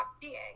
seeing